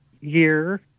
year